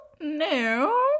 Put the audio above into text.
No